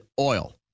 oil